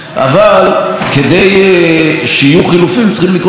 אבל כדי שיהיו חילופים צריכים לקרות שני דברים.